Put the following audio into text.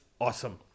awesome